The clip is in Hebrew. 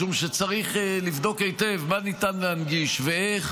משום שצריך לבדוק היטב מה ניתן להנגיש ואיך